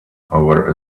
over